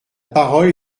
parole